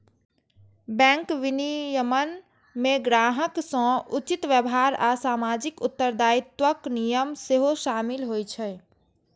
bank विनियमन मे ग्राहक सं उचित व्यवहार आ सामाजिक उत्तरदायित्वक नियम सेहो शामिल होइ छै